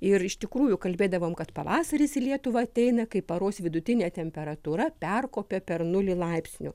ir iš tikrųjų kalbėdavom kad pavasaris į lietuvą ateina kai paros vidutinė temperatūra perkopia per nulį laipsnių